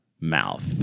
mouth